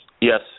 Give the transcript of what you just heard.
Yes